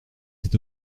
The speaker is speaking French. cet